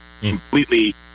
completely